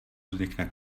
vznikne